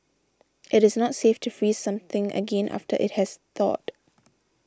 it is not safe to freeze something again after it has thawed